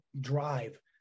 drive